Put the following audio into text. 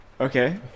Okay